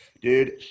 dude